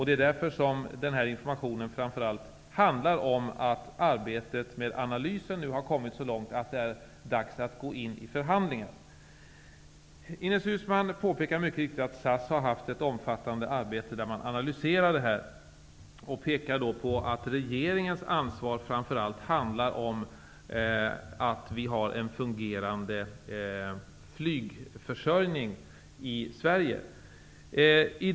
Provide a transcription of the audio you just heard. Det är därför som denna information framför allt handlar om att arbetet med analysen har kommit så långt att det är dags att gå in i förhandlingar. Ines Uusmann påpekar mycket riktigt att det har varit ett mycket omfattande arbete med dessa analyser. Hon pekar på att regeringens ansvar framför allt handlar om att ha en fungerande flygförsörjning i Sverige.